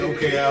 Okay